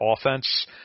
offense